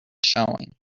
showing